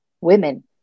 women